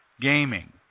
gaming